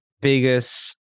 biggest